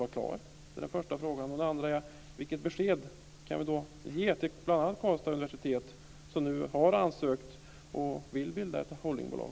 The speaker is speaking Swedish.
Det är den första frågan. Den andra frågan är: Vilket besked kan vi ge bl.a. Karlstads universitet, som nu har ansökt och vill bilda ett holdingbolag?